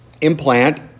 implant